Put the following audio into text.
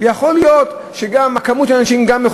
ויכול להיות שמספר האנשים גם יכול